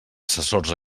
assessors